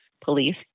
police